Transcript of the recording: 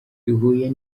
ihuye